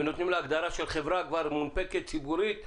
ונותנים לה הגדרה של חברה שכבר מונפקת ציבורית,